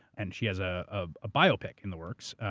and she has a ah ah biopic in the works.